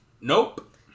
Nope